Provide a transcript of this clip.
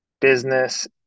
business